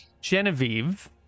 Genevieve